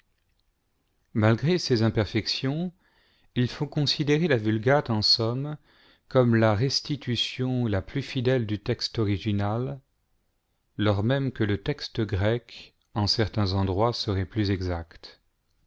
malgré ces imperfections il faut considérer la vulgate en somme comme la restitution la plus fidèle du texte original lors même que le texte grec en certains endroits serait plus exact